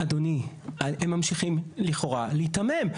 אדוני, הם ממשיכים לכאורה להיתמם.